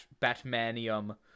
Batmanium